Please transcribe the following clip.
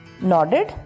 nodded